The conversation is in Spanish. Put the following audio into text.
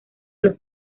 los